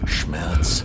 Schmerz